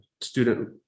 student